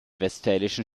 westfälischen